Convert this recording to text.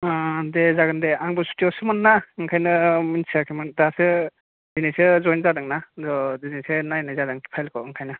अह दे जागोन दे आंबो सुथिआवसो मोनना बेनिखायनो मिथियाखैमोन दासो दिनैसो जइन जादोंना दिनैसो नायनाय जादों फाइल खौ ओंखायनो